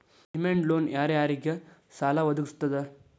Demand loan ಯಾರ್ ಯಾರಿಗ್ ಸಾಲಾ ವದ್ಗಸ್ತದ?